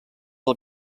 del